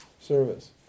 service